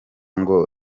ngo